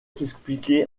s’expliquer